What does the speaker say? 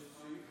ברור שיש להם,